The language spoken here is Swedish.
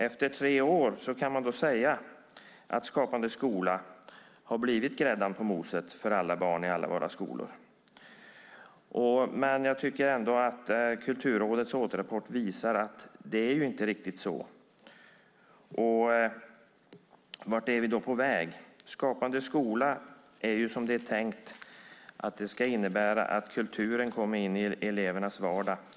Efter tre år kan man då säga att Skapande skola har blivit grädden på moset för alla barn i alla våra skolor. Men jag tycker ändå att Kulturrådets återrapport visar att det inte riktigt är så. Vart är vi då på väg? Skapande skola är ju tänkt att innebära att kulturen ska komma in i elevernas vardag.